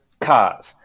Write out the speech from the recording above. cars